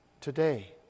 today